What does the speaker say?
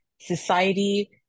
society